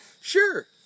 Sure